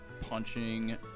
punching